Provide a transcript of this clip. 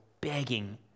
begging